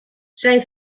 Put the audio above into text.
zij